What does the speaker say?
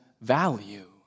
value